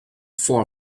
far